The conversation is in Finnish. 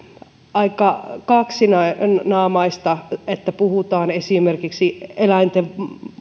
aika kaksinaamaista että puhutaan esimerkiksi eläinten